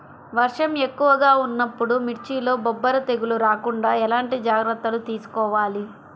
వర్షం ఎక్కువగా ఉన్నప్పుడు మిర్చిలో బొబ్బర తెగులు రాకుండా ఎలాంటి జాగ్రత్తలు తీసుకోవాలి?